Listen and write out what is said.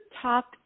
top